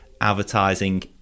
advertising